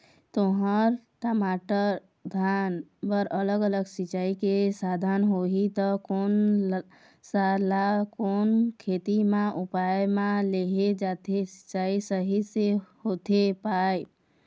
तुंहर, टमाटर, धान बर अलग अलग सिचाई के साधन होही ता कोन सा ला कोन खेती मा उपयोग मा लेहे जाथे, सिचाई सही से होथे पाए?